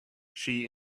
she